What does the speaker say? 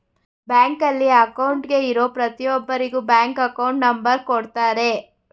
ಬ್ಯಾಂಕಲ್ಲಿ ಅಕೌಂಟ್ಗೆ ಇರೋ ಪ್ರತಿಯೊಬ್ಬರಿಗೂ ಬ್ಯಾಂಕ್ ಅಕೌಂಟ್ ನಂಬರ್ ಕೊಡುತ್ತಾರೆ